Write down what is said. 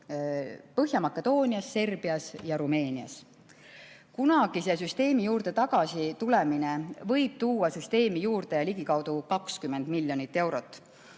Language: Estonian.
Põhja-Makedoonias, Serbias ja Rumeenias. Kunagise süsteemi juurde tagasi tulemine võib tuua süsteemi juurde ligikaudu 20 miljonit eurot.